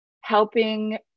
helping